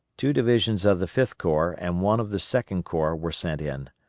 two divisions of the fifth corps and one of the second corps were sent in,